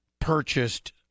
purchased